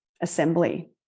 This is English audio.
Assembly